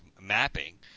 mapping